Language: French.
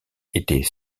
était